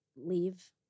leave